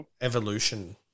evolution